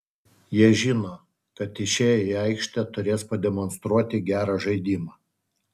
jie žino kad išėję į aikštę turės pademonstruoti gerą žaidimą